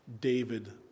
David